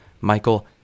Michael